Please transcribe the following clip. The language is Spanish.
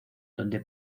donde